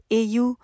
au